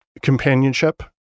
companionship